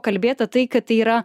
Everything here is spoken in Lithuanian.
kalbėta tai kad yra